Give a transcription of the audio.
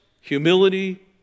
humility